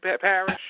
Parish